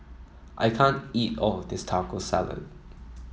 I can't eat all of this Taco Salad